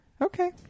Okay